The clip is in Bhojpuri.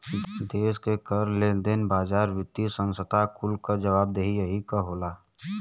देस के कर, लेन देन, बाजार, वित्तिय संस्था कुल क जवाबदेही यही क होला